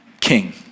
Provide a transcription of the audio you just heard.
king